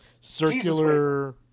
circular